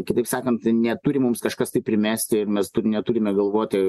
kitaip sakant neturi mums kažkas tai primesti ir mes turi neturime galvoti